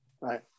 right